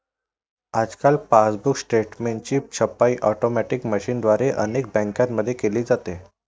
आजकाल पासबुक स्टेटमेंटची छपाई ऑटोमॅटिक मशीनद्वारे अनेक बँकांमध्ये केली जाते